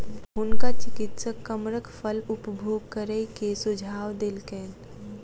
हुनका चिकित्सक कमरख फल उपभोग करै के सुझाव देलकैन